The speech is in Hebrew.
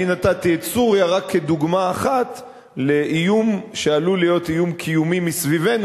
אני נתתי את סוריה רק כדוגמה אחת לאיום שעלול להיות איום קיומי מסביבנו,